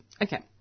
Okay